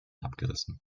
abgerissen